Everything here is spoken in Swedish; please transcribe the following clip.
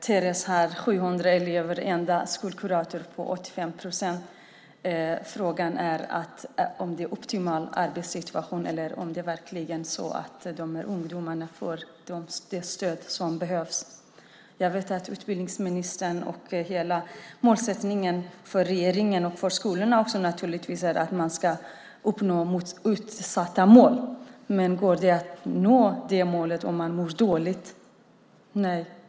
Terese har 700 elever och är enda skolkuratorn på 85 procent. Frågan är om det är en optimal arbetssituation eller om det verkligen är så att de här ungdomarna får det stöd som behövs. Jag vet att utbildningsministerns och hela regeringens målsättning - skolornas också naturligtvis - är att man ska uppnå uppsatta mål. Men går det att nå målet om man mår dåligt? Nej.